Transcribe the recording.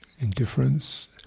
indifference